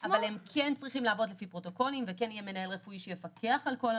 אפשר לקחת את האחיות כדוגמה.